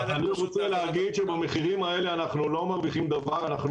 אבל אני רוצה להגיד שבמחירים האלה אנחנו לא מרוויחים דבר,